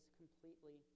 completely